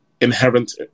inherent